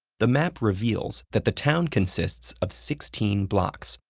the map reveals that the town consists of sixteen blocks,